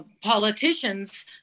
politicians